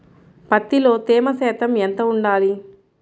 పత్తిలో తేమ శాతం ఎంత ఉండాలి?